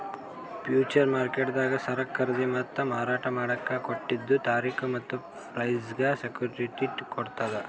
future ಮಾರ್ಕೆಟ್ದಾಗ್ ಸರಕ್ ಖರೀದಿ ಮತ್ತ್ ಮಾರಾಟ್ ಮಾಡಕ್ಕ್ ಕೊಟ್ಟಿದ್ದ್ ತಾರಿಕ್ ಮತ್ತ್ ಪ್ರೈಸ್ಗ್ ಸೆಕ್ಯುಟಿಟಿ ಕೊಡ್ತದ್